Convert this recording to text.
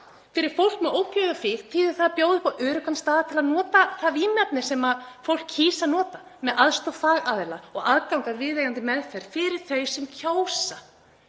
Fyrir fólk með ópíóíðafíkn þýðir það að bjóða upp á öruggan stað til að nota það vímuefni sem það kýs að nota með aðstoð fagaðila og aðgang að viðeigandi meðferð — fyrir þau sem það